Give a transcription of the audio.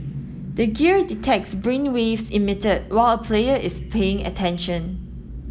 the gear detects brainwaves emitted while a player is paying attention